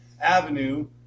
avenue